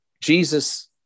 Jesus